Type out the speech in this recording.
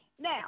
Now